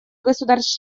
государств